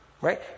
Right